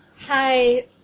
Hi